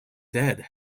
dead